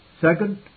Second